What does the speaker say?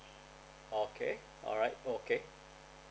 okay alright okay